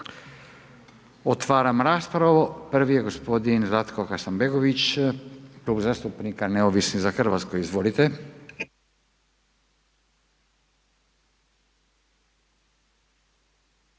Otvaram raspravu. Prvi je gospodin Zlatko Hasanbegović, Klub zastupnika Neovisni za Hrvatsku. Izvolite.